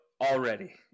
already